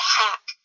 hack